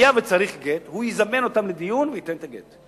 היה וצריך גט, הוא יזמן אותם לדיון וייתן את הגט.